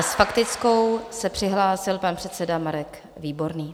A s faktickou se přihlásil pan předseda Marek Výborný.